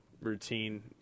routine